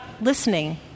listening